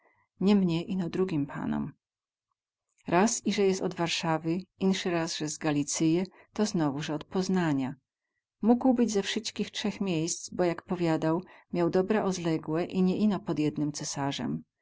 sie myliło jak sie przedstawiał nie mnie ino drugim panom raz ize jest od warsawy insy raz ze z galicyje to znowu ze od poznania mógł być ze wsyćkich trzech miejsc bo jak powiadał miał dobra ozległe i nie ino pod jednym cysarzem